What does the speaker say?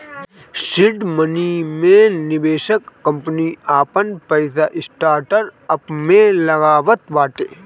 seed money मे निवेशक company आपन पईसा स्टार्टअप में लगावत बाटे